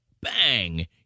bang